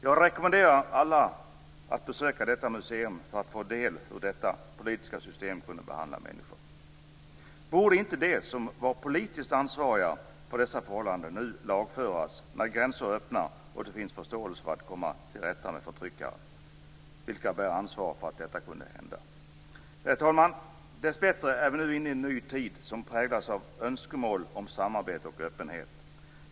Jag rekommenderar alla att besöka detta museum för att få del av hur detta politiska system kunde behandla människor. Borde inte de som var politiskt ansvariga för dessa förhållanden nu lagföras när gränser är öppna och det finns förståelse för att komma till rätta med förtryckare? Vilka bär ansvaret för att detta kunde hända? Herr talman! Dessbättre är vi nu inne i en ny tid som präglas av önskemål om samarbete och öppenhet.